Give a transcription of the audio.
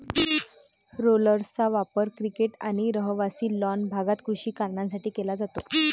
रोलर्सचा वापर क्रिकेट आणि रहिवासी लॉन भागात कृषी कारणांसाठी केला जातो